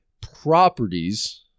properties